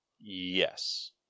Yes